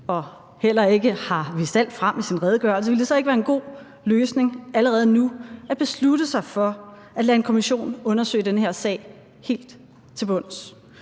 og heller ikke har lagt alt frem i sin redegørelse, ville det så ikke være en god løsning allerede nu at beslutte sig for at lade en kommission undersøge den her sag helt til bunds?